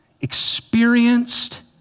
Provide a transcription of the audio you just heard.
experienced